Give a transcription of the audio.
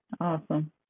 Awesome